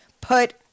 put